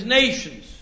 nations